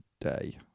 today